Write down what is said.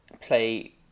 play